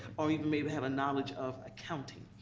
or maybe have a knowledge of accounting.